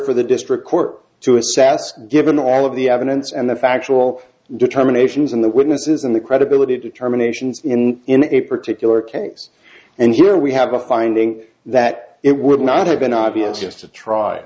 for the district court to assess given all of the evidence and the factual determinations and the witnesses and the credibility determinations in in a particular case and here we have a finding that it would not have been obvious to try